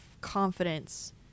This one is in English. confidence